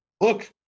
look